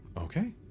Okay